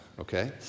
okay